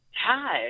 Hi